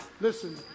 Listen